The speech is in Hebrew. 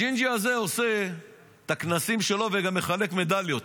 הג'ינג'י הזה עושה את הכנסים שלו וגם מחלק מדליות,